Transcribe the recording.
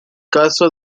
caso